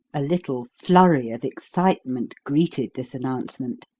a little flurry of excitement greeted this announcement.